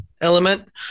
element